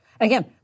Again